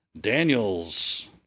Daniel's